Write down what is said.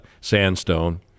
Sandstone